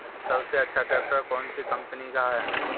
सबसे अच्छा ट्रैक्टर कौन सी कम्पनी का है?